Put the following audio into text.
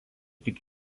tik